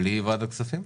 בלי ועדת הכספים?